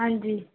ਹਾਂਜੀ